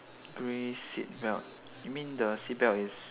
grey seat belt you mean the seat belt is